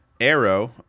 Arrow